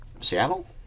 Seattle